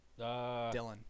Dylan